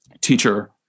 teacher